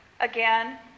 Again